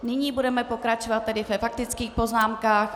Nyní budeme pokračovat ve faktických poznámkách.